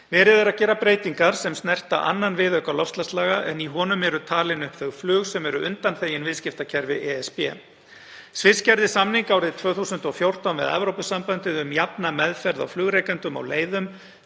Verið er að gera breytingar sem snerta II. viðauka loftslagslaga en í honum eru talin upp þau flug sem eru undanþegin viðskiptakerfi ESB. Sviss gerði samning árið 2014 við Evrópusambandið um jafna meðferð á flugrekendum á leiðum,